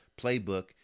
playbook